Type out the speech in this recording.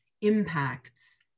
impacts